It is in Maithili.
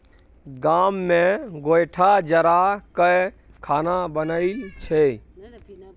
गाम मे गोयठा जरा कय खाना बनइ छै